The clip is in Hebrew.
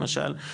למשל,